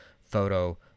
photo